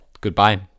goodbye